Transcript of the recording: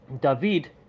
David